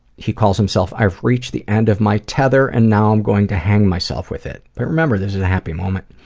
he calls himself, i've reached the end of my tether and now i'm going to hang myself with it. now but remember this is a happy moment.